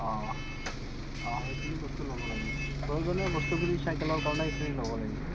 অঁ অঁ সেইখিনি বস্তু ল'ব লাগিব প্ৰয়োজনীয় বস্তুখিনি চাইকেলৰ কাৰণে এইখিনি ল'ব লাগিব